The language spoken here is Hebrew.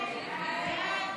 הסתייגות